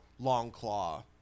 Longclaw